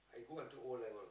I go until O-level